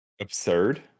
Absurd